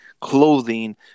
clothing